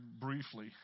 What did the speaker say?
briefly